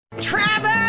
Travis